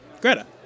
greta